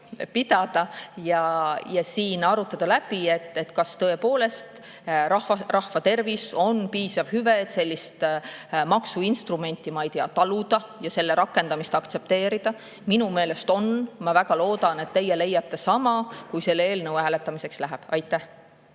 pidada ja siin tuleb läbi arutada, kas tõepoolest rahvatervis on piisav hüve, et sellist maksuinstrumenti taluda ja selle rakendamist aktsepteerida. Minu meelest on. Ma väga loodan, et teie leiate sama, kui selle eelnõu hääletamiseks läheb. Aitäh!